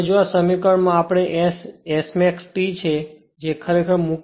હવે જો આ સમીકરણ માં આપણે S કે જે ખરેખર Smax T છે